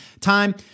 time